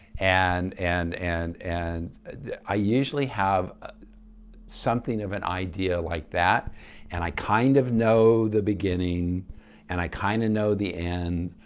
and and and and i usually have ah something of an idea of like that and i kind of know the beginning and i kind of know the end.